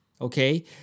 okay